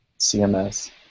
CMS